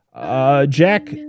Jack